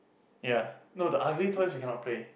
ya no the ugly toys we cannot play